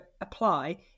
apply